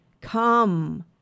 come